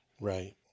Right